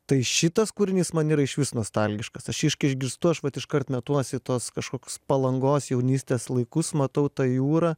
tai šitas kūrinys man yra išvis nostalgiškas aš jį kai išgirstu aš vat iškart metuosi į tuos kažkoks palangos jaunystės laikus matau tą jūrą